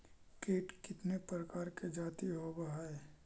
कीट कीतने प्रकार के जाती होबहय?